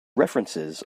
references